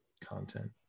content